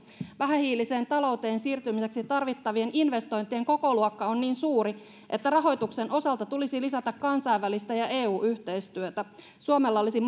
vähähiiliseen talouteen siirtymiseksi tarvittavien investointien kokoluokka on niin suuri että rahoituksen osalta tulisi lisätä kansainvälistä ja eu yhteistyötä suomella olisi